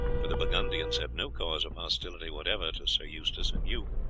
for the burgundians have no cause of hostility whatever to sir eustace and you,